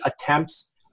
attempts